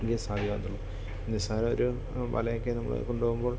ഇത് സാധ്യം ആകത്തുള്ളു നിസ്സാരമൊരു വലയൊക്കെ നമ്മള് കൊണ്ടുപോകുമ്പോൾ